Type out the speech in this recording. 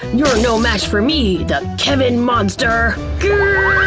you're no match for me, the kevin monster! gahhhh!